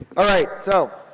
alright, so.